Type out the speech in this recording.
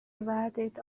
divided